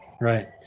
right